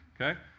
Okay